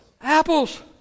Apples